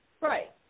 Right